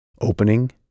opening